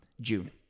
June